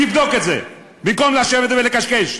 תבדוק את זה, במקום לשבת ולקשקש.